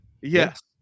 Yes